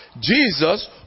Jesus